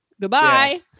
Goodbye